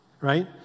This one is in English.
Right